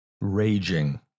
raging